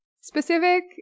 specific